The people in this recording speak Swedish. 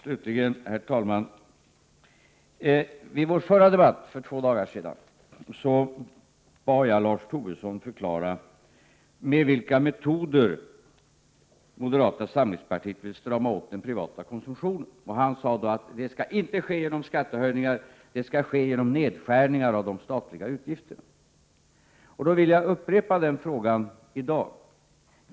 Slutligen, herr talman: I vår förra debatt för två dagar sedan bad jag Lars Tobisson förklara med vilka metoder moderata samlingspartiet vill strama åt den privata konsumtionen. Han sade då att det inte skall ske genom skattehöjningar utan att det skall ske genom nedskärningar av de statliga utgifterna. Då vill jag upprepa frågan i dag.